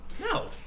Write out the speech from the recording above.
No